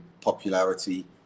popularity